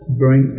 bring